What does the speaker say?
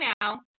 now